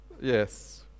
Yes